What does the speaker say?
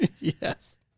Yes